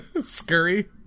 Scurry